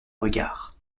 regards